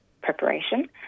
preparation